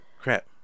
crap